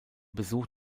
besuch